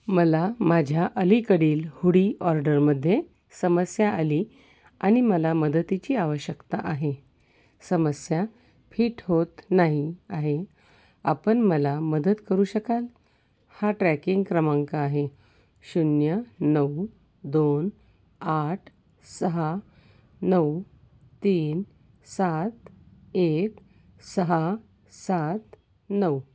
मला माझ्या अलीकडील हुडी ऑर्डरमध्ये समस्या आली आणि मला मदतीची आवश्यकता आहे समस्या फिट होत नाही आहे आपण मला मदत करू शकाल हा ट्रॅकिंग क्रमांक आहे शून्य नऊ दोन आठ सहा नऊ तीन सात एक सहा सात नऊ